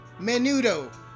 menudo